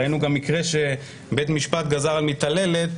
ראינו גם מקרה שבית משפט גזר על מתעללת